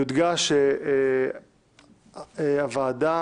יודגש שהוועדה